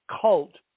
cult